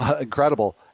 Incredible